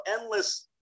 endless